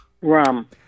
Rum